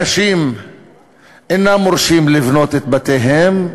אנשים אינם מורשים לבנות את בתיהם,